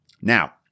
Now